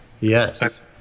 Yes